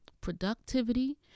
productivity